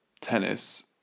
tennis